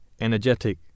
energetic